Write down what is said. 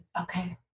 Okay